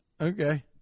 Okay